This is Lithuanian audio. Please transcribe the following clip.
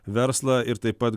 verslą ir taip pat